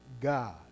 God